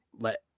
let